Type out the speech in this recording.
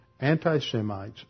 anti-Semites